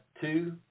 two